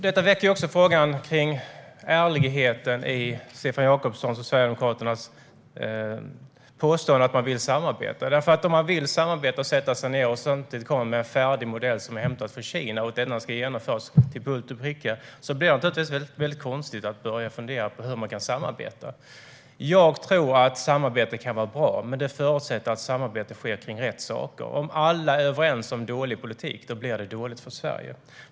Detta väcker också frågor om ärligheten i Stefan Jakobssons och Sverigedemokraternas påstående att man vill samarbeta. Om man vill sätta sig ned och samarbeta och samtidigt kommer med en färdig modell, hämtad från Kina, som ska genomföras till punkt och pricka blir det nämligen konstigt att fundera på hur man kan samarbeta. Jag tror att samarbete kan vara bra, men det förutsätter att samarbete sker kring rätt saker. Om alla är överens om dålig politik blir det dåligt för Sverige.